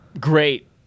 Great